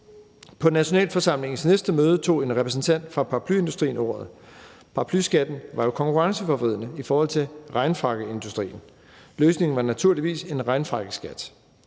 På nationalforsamlingens næste møde tog en repræsentant fra paraplyindustrien ordet. Paraplyskatten var jo konkurrenceforvridende i forhold til regnfrakkeindustrien. Løsningen var naturligvis en regnfrakkeskat.